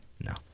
No